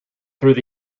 through